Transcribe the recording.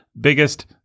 biggest